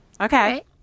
Okay